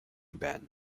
ben